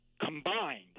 Combined